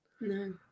No